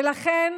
ולכן